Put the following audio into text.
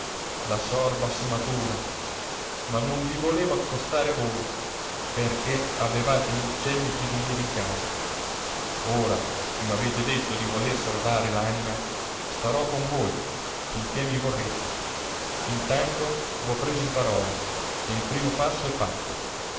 la sorba si matura ma non vi volevo accostare a voi perché avevate gli uccelli prigionieri in casa ora che m'avete detto di voler salvare l'anima starò con voi finché mi vorrete intanto v'ho preso in parola e il primo passo è fatto